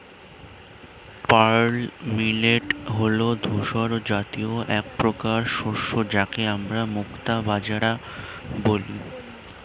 pearl millet হল ধূসর জাতীয় একপ্রকার শস্য যাকে আমরা মুক্তা বাজরা বলি